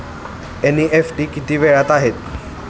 NEFT किती वेळात होते?